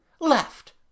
Left